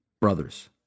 brothers